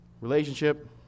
Relationship